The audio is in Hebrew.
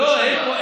פעם שנייה, לא.